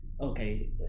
okay